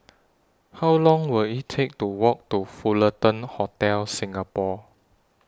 How Long Will IT Take to Walk to The Fullerton Hotel Singapore